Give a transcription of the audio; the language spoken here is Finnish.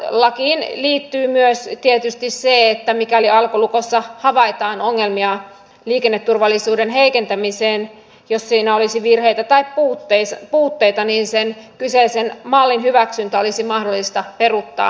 lakiin liittyy myös tietysti se että mikäli alkolukossa havaitaan ongelmia liikenneturvallisuutta heikentävästi jos siinä olisi virheitä tai puutteita niin sen kyseisen mallin hyväksyntä olisi mahdollista peruuttaa välittömästi